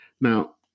Now